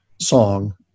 song